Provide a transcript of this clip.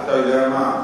אתה יודע מה,